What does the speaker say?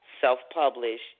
self-published